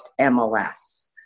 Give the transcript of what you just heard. MLS